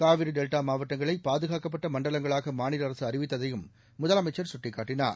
Kaveri delta மாவட்டங்களை பாதுகாக்கப்பட்ட மண்டலங்களாக மாநில அரசு அறிவித்ததையும் முதலமைச்சர் சுட்டிக்காட்டினார்